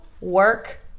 Work